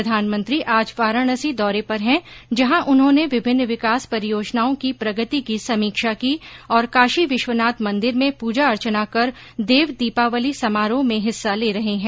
प्रधानमंत्री आज वाराणसी दौरे पर है जहां उन्होंने विभिन्न विकास परियोजनाओं की प्रगति की समीक्षा की और कांशीविश्वनाथ मंदिर में पूजा अर्चना कर देव दीपावली समारोह में हिस्सा ले रहे है